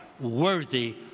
worthy